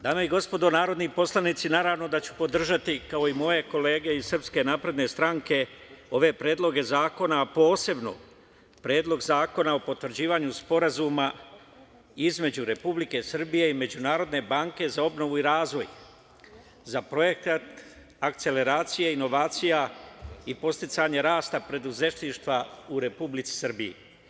Dame i gospodo narodni poslanici, naravno da ću podržati, kao i moje kolege iz SNS ove predloge zakona, a posebno Predlog zakona o potvrđivanju Sporazuma između Republike Srbije i Međunarodne banke za obnovu i razvoj za Projekat akceleracije inovacija i podsticanja rasta preduzetništva u Republici Srbiji.